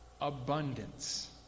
Abundance